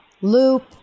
Loop